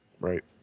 Right